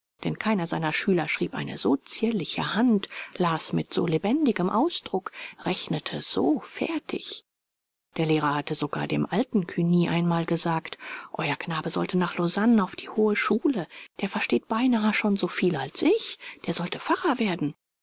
denn keiner seiner schüler schrieb eine so zierliche hand las mit so lebendigem ausdruck rechnete so fertig der lehrer hatte sogar dem alten cugny einmal gesagt euer knabe sollte nach lausanne auf die hohe schule der versteht beinahe schon so viel als ich der sollte pfarrer werden